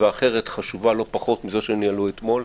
ואחרת חשובה לא פחות מזו שהם ניהלו אתמול.